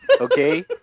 okay